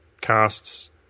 Casts